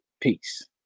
Peace